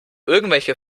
irgendwelche